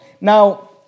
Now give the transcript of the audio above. Now